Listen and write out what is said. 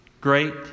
great